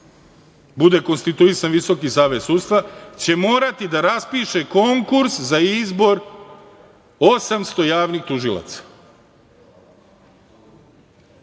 bude konstituisan Visoki savet sudstva će morati da raspiše konkurs za izbor 800 javnih tužilaca. Uopšte